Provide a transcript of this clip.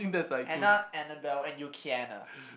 Anna Annabelle and